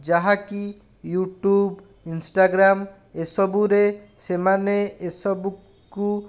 ଯାହାକି YouTube Instagram ଏସବୁରେ ସେମାନେ ଏସବୁକୁ